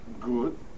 good